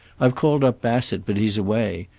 i've called up bassett, but he's away.